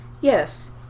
Yes